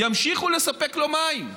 ימשיכו לספק לו מים.